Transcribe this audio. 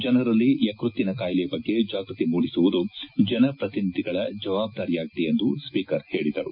ಜನರಲ್ಲಿ ಯಕ್ಷತ್ತಿನ ಕಾಯಿಲೆಯ ಬಗ್ಗೆ ಜಾಗೃತಿ ಮೂಡಿಸುವುದು ಜನಪ್ರತಿನಿಧಿಗಳ ಜವಾಬ್ದಾರಿಯಾಗಿದೆ ಎಂದು ಸ್ವೀಕರ್ ಹೇಳಿದರು